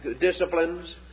disciplines